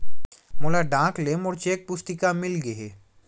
मोला डाक ले मोर चेक पुस्तिका मिल गे हे